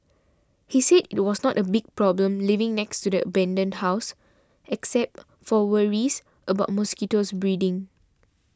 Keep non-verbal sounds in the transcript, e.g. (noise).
he said it was not a big problem living next to the abandoned house except for worries about mosquito (noise) breeding